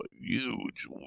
huge